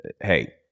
Hey